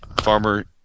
Farmer